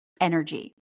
energy